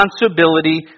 responsibility